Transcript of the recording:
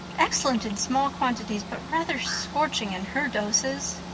excellent in small quantities but rather scorching in her doses.